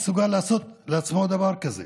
מסוגל לעשות לעצמו דבר כזה.